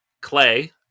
clay